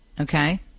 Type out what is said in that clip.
okay